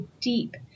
deep